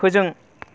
फोजों